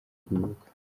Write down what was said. guhubuka